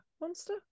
Monster